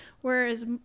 whereas